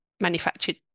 manufactured